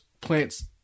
plants